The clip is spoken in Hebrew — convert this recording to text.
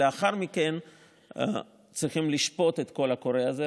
לאחר מכן צריכים לשפוט את הקול הקורא הזה,